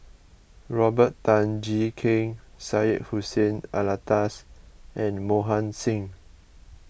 Robert Tan Jee Keng Syed Hussein Alatas and Mohan Singh